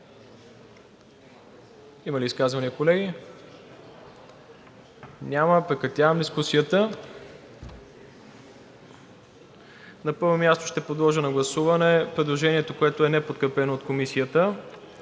Има ли изказвания, колеги? Няма. Прекратявам дискусията. На първо място ще подложа на гласуване предложението, което е неподкрепено от Комисията,